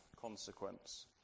Consequence